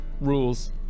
rules